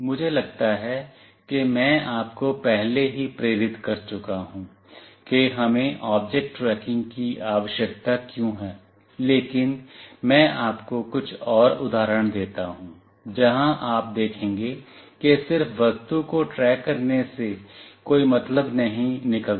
मुझे लगता है कि मैं आपको पहले ही प्रेरित कर चुका हूं कि हमें ऑब्जेक्ट ट्रैकिंग की आवश्यकता क्यों है लेकिन मैं आपको कुछ और उदाहरण देता हूं जहां आप देखेंगे कि सिर्फ वस्तु को ट्रैक करने से कोई मतलब नहीं निकलता